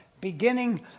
beginning